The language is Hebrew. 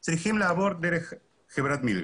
את אחד מהנהלת המשרד, מי שיבחר להשיב.